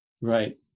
Right